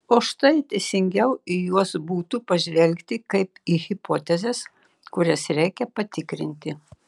o štai teisingiau į juos būtų pažvelgti kaip į hipotezes kurias reikia patikrinti